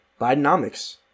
Bidenomics